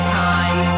time